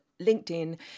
LinkedIn